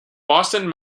boston